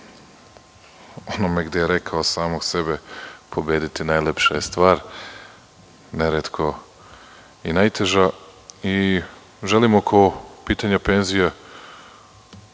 onome gde je rekao – samog sebe pobediti najlepša je stvar. Neretko i najteža. Želim oko pitanja penzija